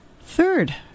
third